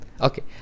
Okay